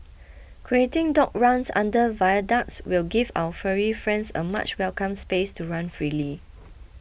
creating dog runs under viaducts will give our furry friends a much welcome space to run freely